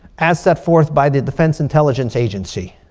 as set forth by the defense intelligence agency.